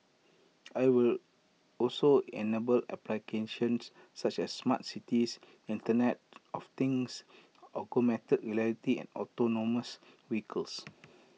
IT will also enable applications such as smart cities Internet of things augmented reality and autonomous vehicles